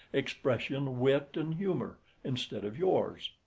expression, wit, and humour instead of yours.